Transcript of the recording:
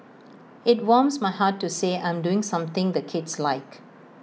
IT warms my heart to say I'm doing something the kids like